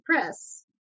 Press